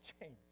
change